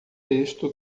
texto